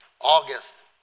August